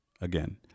Again